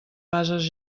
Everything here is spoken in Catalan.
bases